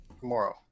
Tomorrow